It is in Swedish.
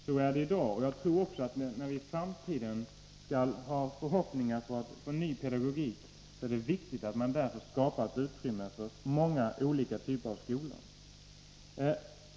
Så är det i dag, och om vi hyser förhoppningar om en ny pedagogik i framtiden tror jag att det är angeläget att man skapar ett utrymme för många olika typer av skolor.